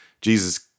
Jesus